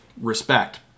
respect